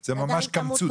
זה ממש קמצוץ.